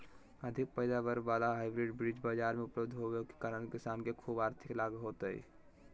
अधिक पैदावार वाला हाइब्रिड बीज बाजार मे उपलब्ध होबे के कारण किसान के ख़ूब आर्थिक लाभ होतय